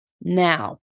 Now